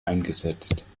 eingesetzt